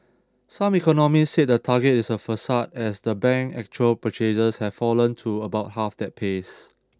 some economists said the target is a facade as the bank's actual purchases have fallen to about half that pace